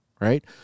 right